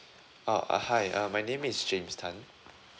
oh uh hi uh my name is james tan